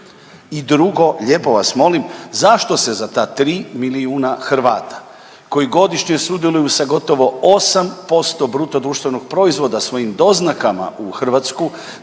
I drugo, lijepo vas molim zašto se za ta tri milijuna Hrvata koji godišnje sudjeluju sa gotovo 8% bruto društvenog proizvoda svojim doznakama u Hrvatsku